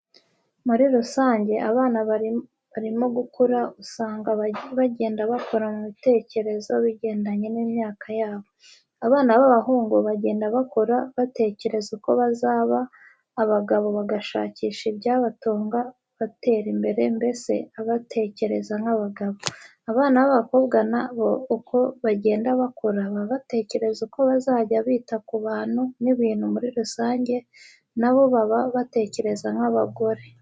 Muri rusange abana barimo gukura usanga bagenda bakura mu bitekerezo bigendanye n'imyaka yabo. Abana b'abahungu bagenda bakura batekereza uko bazaba abagabo bagashakisha ibyatuma batera imbere mbese batekereza nk'abagabo. Abana b'abakobwa na bo uko bagenda bakura baba batekereza uko bazajya bita ku bantu n'ibintu muri rusange na bo baba batekereza nk'abagore.